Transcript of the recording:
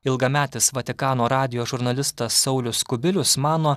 ilgametis vatikano radijo žurnalistas saulius kubilius mano